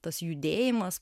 tas judėjimas